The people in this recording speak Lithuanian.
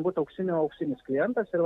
būt auksinio auksinis klientas ir